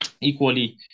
Equally